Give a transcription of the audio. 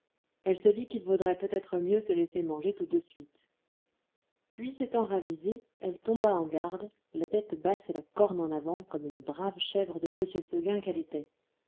elle se dit qu'il vaudrait peut-être mieux se laisser manger tout de suite puis s'étant ravisée elle tomba en garde la tête basse et la corne en avant comme une brave chèvre de m seguin qu'elle était